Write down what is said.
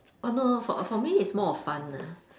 oh no no for for me it's more of fun lah